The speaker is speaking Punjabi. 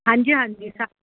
ਹਾਂਜੀ ਹਾਂਜੀ